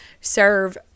serve